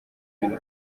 ibintu